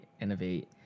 innovate